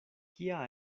kia